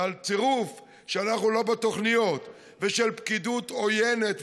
והצירוף שאנחנו לא בתוכניות ושהפקידות עוינת,